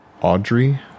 Audrey